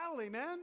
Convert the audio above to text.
Amen